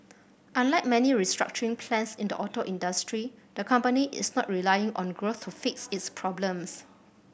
unlike many restructuring plans in the auto industry the company is not relying on growth to fix its problems